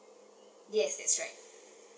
yes that's right